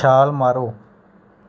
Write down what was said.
ਛਾਲ ਮਾਰੋ